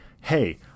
hey